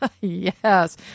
Yes